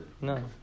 no